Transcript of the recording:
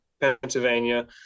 pennsylvania